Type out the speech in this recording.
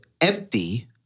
empty